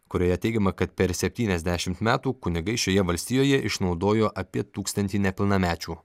kurioje teigiama kad per septyniasdešimt metų kunigai šioje valstijoje išnaudojo apie tūkstantį nepilnamečių